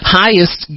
highest